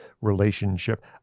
relationship